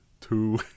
Two